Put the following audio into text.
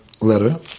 letter